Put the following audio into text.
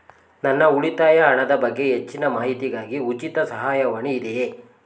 ನನ್ನ ಉಳಿತಾಯ ಹಣದ ಬಗ್ಗೆ ಹೆಚ್ಚಿನ ಮಾಹಿತಿಗಾಗಿ ಉಚಿತ ಸಹಾಯವಾಣಿ ಇದೆಯೇ?